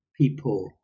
people